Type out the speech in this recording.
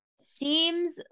seems